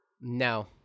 No